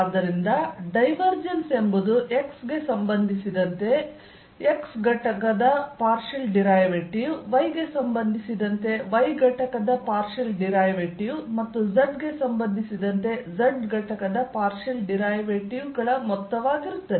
ಆದ್ದರಿಂದ ಡೈವರ್ಜೆನ್ಸ್ ಎಂಬುದು x ಗೆ ಸಂಬಂಧಿಸಿದಂತೆ x ಘಟಕದ ಪಾರ್ಷಿಯಲ್ ಡಿರೈವೇಟಿವ್ y ಗೆ ಸಂಬಂಧಿಸಿದಂತೆ y ಘಟಕದ ಪಾರ್ಷಿಯಲ್ ಡಿರೈವೇಟಿವ್ ಮತ್ತು z ಗೆ ಸಂಬಂಧಿಸಿದಂತೆ z ಘಟಕದ ಪಾರ್ಷಿಯಲ್ ಡಿರೈವೇಟಿವ್ ಗಳ ಮೊತ್ತವಾಗಿರುತ್ತದೆ